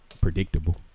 predictable